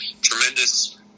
tremendous